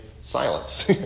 silence